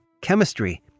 Chemistry